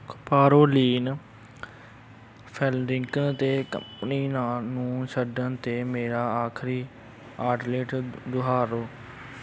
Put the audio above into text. ਕਪਾਰੋ ਲੀਨ ਫੈਲਰਿਕਨ 'ਤੇ ਕੰਪਨੀ ਨਾਲ ਨੂੰ ਛੱਡਣ 'ਤੇ ਮੇਰਾ ਆਖਰੀ ਆਡਲਿਟ ਦੁਹਰਾਉ